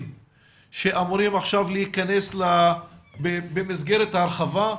שאמורים עכשיו להכנס במסגרת ההרחבה?